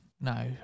No